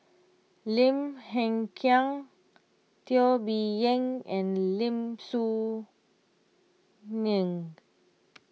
Lim Hng Kiang Teo Bee Yen and Lim Soo Ngee